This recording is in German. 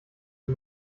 wie